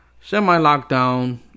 semi-lockdown